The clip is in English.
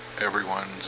everyone's